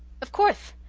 of courthe.